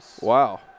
Wow